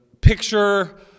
picture